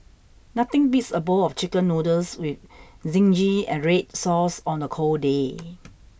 nothing beats a bowl of chicken noodles with Zingy and Red Sauce on a cold day